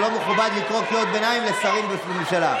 זה לא מכובד לקרוא קריאות ביניים לשרים בממשלה.